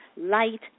light